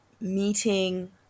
meeting